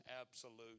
absolute